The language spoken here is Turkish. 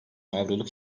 avroluk